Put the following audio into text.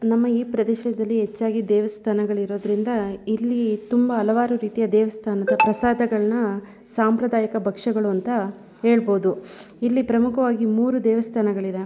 ನಮ್ಮ ಈ ಪ್ರದೇಶದಲ್ಲಿ ಹೆಚ್ಚಾಗಿ ದೇವಸ್ಥಾನಗಳಿರೋದ್ರಿಂದ ಇಲ್ಲಿ ತುಂಬ ಹಲವಾರು ರೀತಿಯ ದೇವಸ್ಥಾನದ ಪ್ರಸಾದಗಳನ್ನ ಸಾಂಪ್ರದಾಯಿಕ ಭಕ್ಷಗಳು ಅಂತ ಹೇಳ್ಬೋದು ಇಲ್ಲಿ ಪ್ರಮುಖವಾಗಿ ಮೂರು ದೇವಸ್ಥಾನಗಳಿದೆ